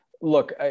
look